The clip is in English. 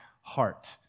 heart